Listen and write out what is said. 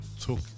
took